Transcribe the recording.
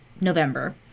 November